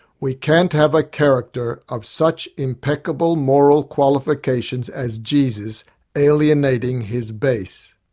we can't have a character of such impeccable moral qualifications as jesus alienating his base.